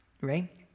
right